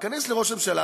תיכנס לראש הממשלה,